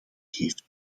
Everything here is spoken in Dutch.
heeft